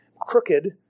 crooked